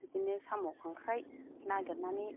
बिदिनो साम' खांख्राइ नागिरनानै